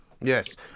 Yes